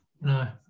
No